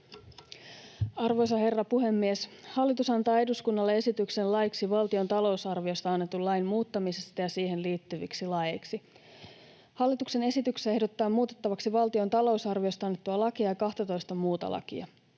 Arvoisa herra puhemies! Hallitus antaa eduskunnalle esityksen laiksi valtion talousarviosta annetun lain muuttamisesta ja siihen liittyviksi laeiksi. Hallituksen esityksessä ehdotetaan muutettaviksi valtion talousarviosta annettua lakia ja 12:ta muuta lakia.